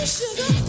sugar